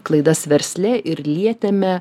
klaidas versle ir lietėme